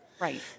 Right